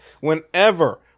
Whenever